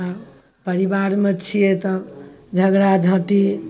आओर परिवारमे छिए तऽ झगड़ा झाँटि